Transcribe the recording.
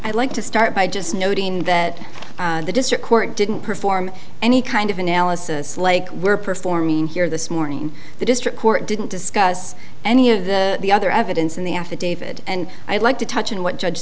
i'd like to start by just noting that the district court didn't perform any kind of analysis like we're performing here this morning the district court didn't discuss any of the the other evidence in the affidavit and i'd like to touch on what judge